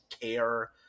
care